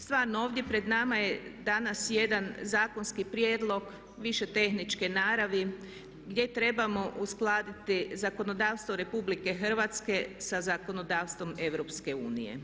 Stvarno, ovdje pred nama je danas jedan zakonski prijedlog više tehničke naravi gdje trebamo uskladiti zakonodavstvo RH sa zakonodavstvom EU.